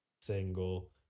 single